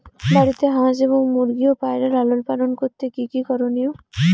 বাড়িতে হাঁস এবং মুরগি ও পায়রা লালন পালন করতে কী কী করণীয়?